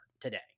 today